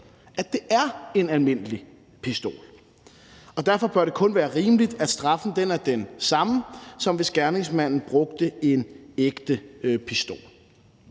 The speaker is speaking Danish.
at det er en almindelig pistol, og derfor bør det kun være rimeligt, at straffen er den samme, som hvis gerningsmanden brugte en ægte pistol.